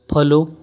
follow